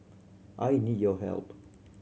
I need your help